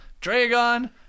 Dragon